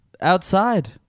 outside